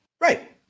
right